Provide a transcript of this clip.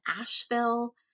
Asheville